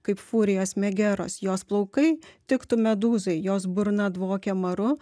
kaip furijos megeros jos plaukai tiktų medūzai jos burna dvokia maru